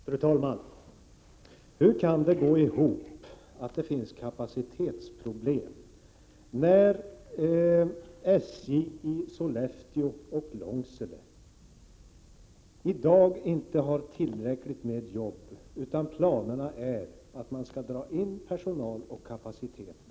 Fru talman! Hur kan det hela gå ihop, när man säger att det finns kapacitetsproblem under det att SJ i Sollefteå och Långsele i dag inte har tillräckligt med jobb utan planerna är att man skall dra in personal och kapacitet där?